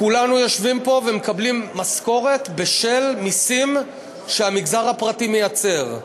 כולנו יושבים פה ומקבלים משכורת בשל מסים שהמגזר הפרטי מייצר.